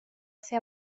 ser